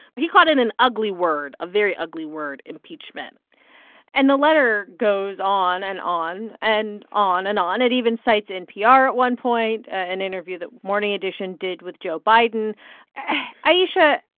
he called it an ugly word a very ugly word, impeachment and the letter goes on and on and on and on. it even cites npr at one point an interview that morning edition did with joe biden ayesha,